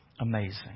amazing